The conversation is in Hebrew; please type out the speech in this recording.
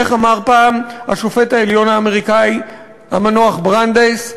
איך אמר פעם השופט העליון האמריקני המנוח ברנדייס,